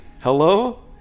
Hello